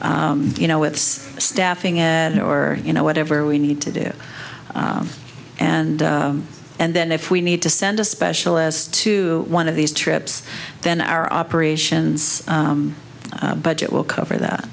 you know it's staffing and or you know whatever we need to do and and then if we need to send a specialist to one of these trips then our operations budget will cover that